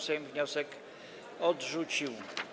Sejm wniosek odrzucił.